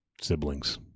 siblings